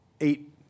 eight